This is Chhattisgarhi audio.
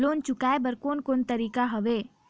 लोन चुकाए बर कोन कोन तरीका हवे?